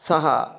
सः